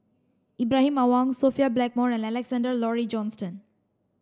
Ibrahim Awang Sophia Blackmore and Alexander Laurie Johnston